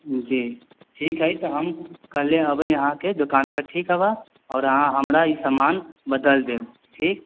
जी ठीक है तऽ हम कल्हे अबै अहाँ के दोकान पर ठीक हबऽ आओर अहाँ हमरा ई सामन बदल देब ठीक